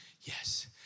yes